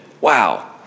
Wow